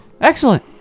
Excellent